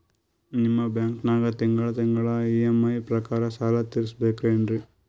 ನಿಮ್ಮ ಬ್ಯಾಂಕನಾಗ ತಿಂಗಳ ತಿಂಗಳ ಇ.ಎಂ.ಐ ಪ್ರಕಾರನ ಸಾಲ ತೀರಿಸಬೇಕೆನ್ರೀ?